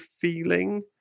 feeling